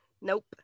Nope